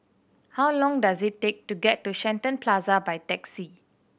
how long does it take to get to Shenton Plaza by taxi